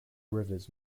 rivers